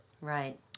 right